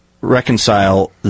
reconcile